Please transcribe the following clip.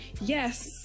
yes